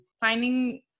finding